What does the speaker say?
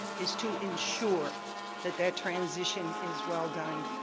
is to ensure that that transition is well done.